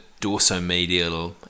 dorsomedial